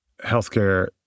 healthcare